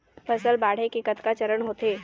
फसल बाढ़े के कतका चरण होथे?